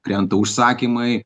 krenta užsakymai